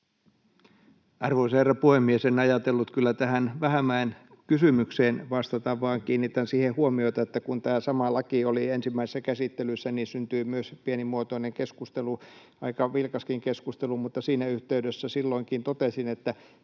Arvoisa herra puhemies! En ajatellut kyllä tähän Vähämäen kysymykseen vastata, vaan kiinnitän huomiota siihen, että kun tämä sama laki oli ensimmäisessä käsittelyssä, niin syntyi myös pienimuotoinen keskustelu, aika vilkaskin keskustelu. Silloinkin siinä yhteydessä totesin, että